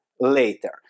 later